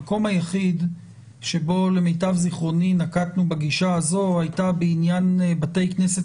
המקום היחיד שלמיטב זיכרוני נקטנו בו בגישה הזאת היה בעניין בתי כנסת